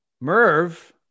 Merv